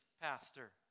pastor